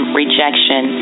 rejection